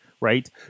Right